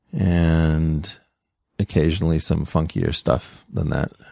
and occasionally some funkier stuff than that.